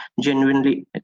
genuinely